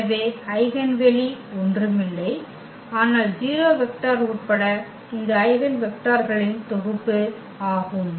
எனவே ஐகென் வெளி ஒன்றுமில்லை ஆனால் 0 வெக்டர் உட்பட இந்த ஐகென் வெக்டர்களின் தொகுப்பு ஆகும்